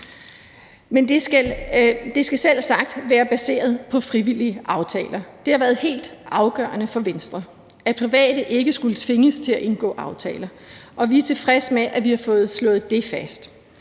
men det skal selvsagt være baseret på frivillige aftaler. Det har været helt afgørende for Venstre, at private ikke skulle tvinges til at indgå aftaler, og vi er tilfredse med, at vi har fået slået det fast.